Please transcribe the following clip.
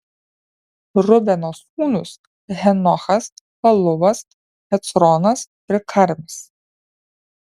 rubeno sūnūs henochas paluvas hecronas ir karmis